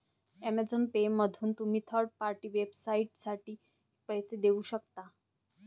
Amazon पेमधून तुम्ही third party वेबसाइटसाठी पैसे देऊ शकता